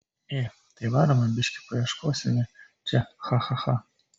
ė tai varome biškį paieškosime čia cha cha cha